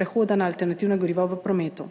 prehoda na alternativna goriva v prometu.